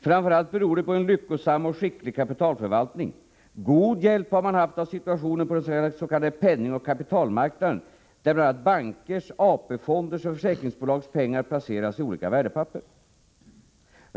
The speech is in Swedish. Framför allt beror det på en lyckosam och skicklig kapitalförvaltning. God hjälp har man haft av situationen på den s k penningoch kapitalmarknaden, där bla bankers, AP-fonders och försäkringsbolags pengar placeras i olika värdepapper.